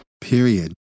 Period